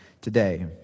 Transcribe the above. today